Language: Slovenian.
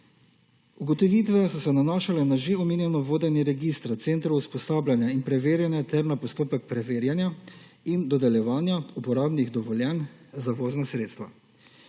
Ugotovitve so se nanašale na že omenjeno vodenje registra centrov usposabljanja in preverjanja ter na postopek preverjanja in dodeljevanja uporabnih dovoljenj za vozna sredstva.